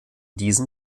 diesem